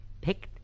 picked